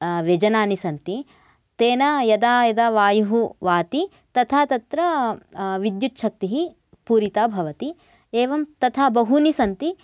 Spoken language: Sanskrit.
व्यजनानि सन्ति तेन यदा यदा वायुः वाति तदा तत्र विद्युत्छत्तिः पूरिता भवति एवं तथा बहूनि सन्ति